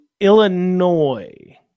Illinois